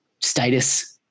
status